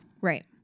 Right